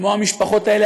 כמו המשפחות האלה,